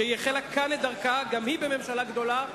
שגם היא החלה כאן את דרכה בממשלה גדולה,